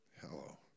Hello